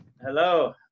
Hello